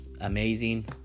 amazing